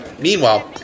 Meanwhile